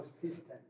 consistent